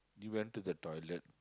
you went to the toilet